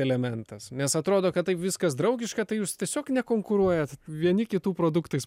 elementas nes atrodo kad taip viskas draugiška tai jūs tiesiog nekonkuruojat vieni kitų produktais